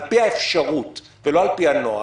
על פי האפשרות ולא על פי הנוהג,